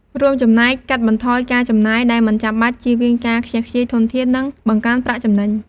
រួមចំណែកកាត់បន្ថយការចំណាយដែលមិនចាំបាច់ ជៀសវាងការខ្ជះខ្ជាយធនធាន និងបង្កើនប្រាក់ចំណេញ។